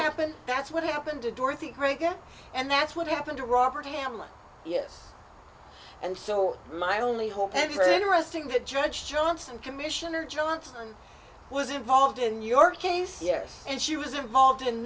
happen that's what happened to dorothy reagan and that's what happened to robert hamlin yes and so my only hope every interesting that judge johnson commissioner johnson was involved in your case yes and she was involved in